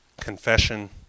confession